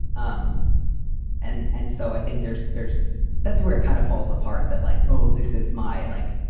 um and and so i think there's there's that's where it kind of falls apart that like, oh, this is my, like,